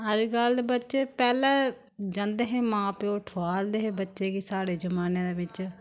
अज्जकल दे बच्चे पैह्ले जंदे हे मां प्यो ठुआलदे हे बच्चें गी साढ़े जमान्ने दे बिच्च